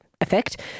effect